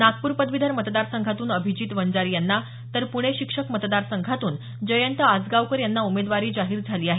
नागपूर पदवीधर मतदारसंघातून अभिजीत वंजारी यांना तर पुणे शिक्षक मतदारसंघातून जयंत आसगावकर यांना उमेदवारी जाहीर झाली आहे